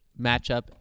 matchup